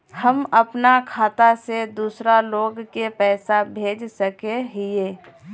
हम अपना खाता से दूसरा लोग के पैसा भेज सके हिये?